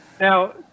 Now